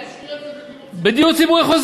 צריך להשקיע את זה בדיור הציבורי.